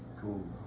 Cool